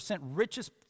richest